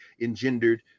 engendered